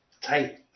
Tight